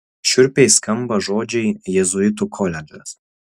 šiurpiai skamba žodžiai jėzuitų koledžas